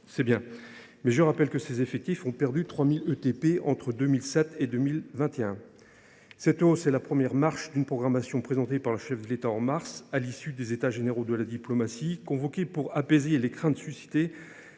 C’est bien, mais je rappelle que ces effectifs avaient perdu 3 000 ETP entre 2007 et 2021… Cette hausse est la première marche d’une programmation présentée par le chef de l’État en mars dernier, à l’issue des États généraux de la diplomatie, convoqués pour apaiser les craintes suscitées